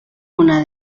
una